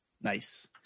nice